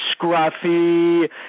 scruffy